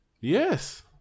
Yes